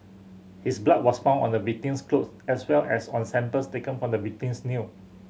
his blood was found on the victim's clothes as well as on samples taken from the victim's nail